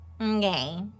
okay